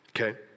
okay